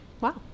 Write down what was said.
wow